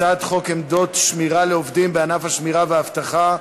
הצעת חוק עמדות שמירה לעובדים בענף השמירה והאבטחה,